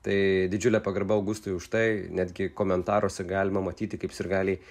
tai didžiulė pagarba augustui už tai netgi komentaruose galima matyti kaip sirgaliai